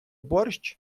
борщ